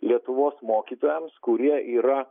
lietuvos mokytojams kurie yra